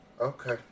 Okay